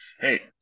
hey